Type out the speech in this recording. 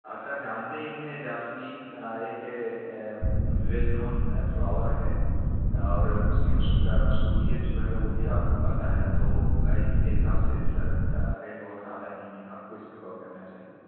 اور سر جانتے ہی ہیں جاسمین ایک ول نون فلاور ہے اور اس کے مشہوریت جو ہے وہ بھی آپ کو پتہ ہے تو اس کے حساب سے سر ریٹ بہت زیادہ نہیں ہے آپ کو اس پہ غور کرنا چاہیے